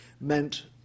meant